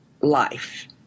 life